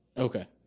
Okay